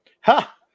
ha